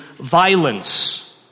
violence